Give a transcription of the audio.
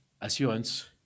assurance